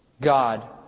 God